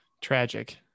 tragic